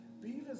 beavers